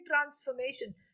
transformation